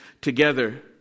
together